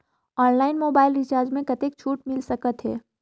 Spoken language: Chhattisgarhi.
ऑनलाइन मोबाइल रिचार्ज मे कतेक छूट मिल सकत हे?